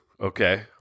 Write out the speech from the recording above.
okay